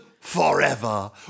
forever